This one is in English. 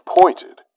pointed